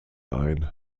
ein